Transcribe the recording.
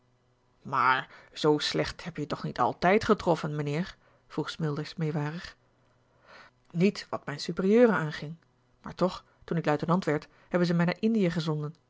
maar z slecht heb je het toch niet altijd getroffen mijnheer vroeg smilders meewarig met wat mjjn superieuren aanging maar toch toen ik luitenant werd hebben ze mij naar indië gezonden